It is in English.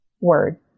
Word